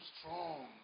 strong